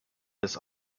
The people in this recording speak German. des